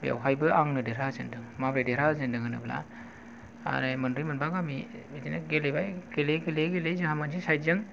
बेवहायबो आंनो देरहा होजेनदों माब्रै देरहा होजेनदों होनोब्ला माने मोनब्रै मोनबा गामि बिदिनो गेलेबाय गेलेयै गेलेयै गेलेयै जोंहा मोनसे साइड जों